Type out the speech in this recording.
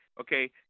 okay